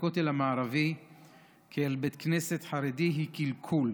לכותל המערבי כאל בית כנסת חרדי היא קלקול.